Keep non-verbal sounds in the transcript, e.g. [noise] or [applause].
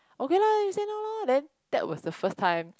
okay lah you say now lah then that was the first time [noise]